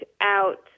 out